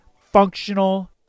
functional